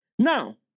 Now